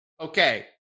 okay